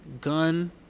gun